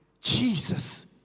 Jesus